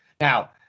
Now